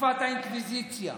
תקופת האינקוויזיציה,